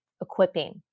equipping